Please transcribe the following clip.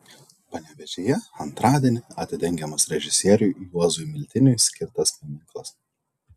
panevėžyje antradienį atidengiamas režisieriui juozui miltiniui skirtas paminklas